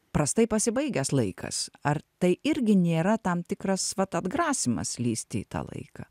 prastai pasibaigęs laikas ar tai irgi nėra tam tikras vat atgrasymas lįsti į tą laiką